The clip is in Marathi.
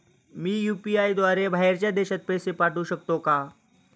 मी यु.पी.आय द्वारे बाहेरच्या देशात पैसे पाठवू शकतो का?